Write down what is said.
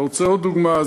אתה רוצה עוד דוגמה?